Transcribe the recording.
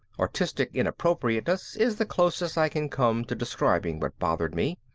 artistic inappropriateness is the closest i can come to describing what bothered me.